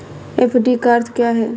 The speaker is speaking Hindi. एफ.डी का अर्थ क्या है?